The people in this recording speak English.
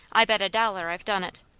i bet a dollar i've done it.